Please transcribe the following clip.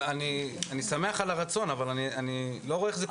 אני שמח על הרצון, אבל אני לא רואה איך זה קורה.